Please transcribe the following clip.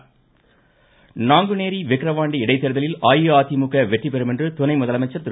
பூலித்தேவன் நாங்குநேரி விக்ரவாண்டி இடைத்தேர்தலில் அஇஅதிமுக வெற்றிபெறும் என்று துணை முதலமைச்சர் திரு